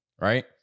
Right